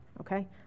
okay